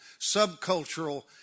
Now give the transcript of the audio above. subcultural